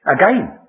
Again